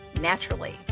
naturally